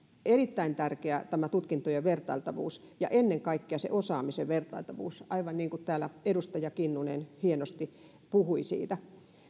erittäin tärkeä tämä tutkintojen vertailtavuus ja ennen kaikkea se osaamisen vertailtavuus aivan niin kuin täällä edustaja kinnunen hienosti puhui siitä